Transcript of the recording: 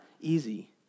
easy